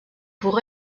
pour